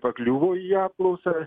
pakliuvo į apklausą